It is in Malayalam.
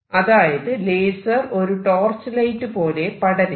അതായത് ലേസർ ഒരു ടോർച്ച് ലൈറ്റ് പോലെ പടരില്ല